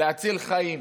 להציל חיים.